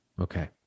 Okay